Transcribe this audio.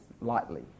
lightly